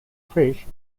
fish